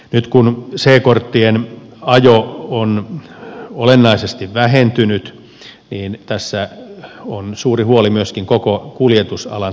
nyt kun c korttien ajo on olennaisesti vähentynyt niin tässä on suuri huoli myöskin koko kuljetusalan tulevaisuudesta